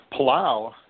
Palau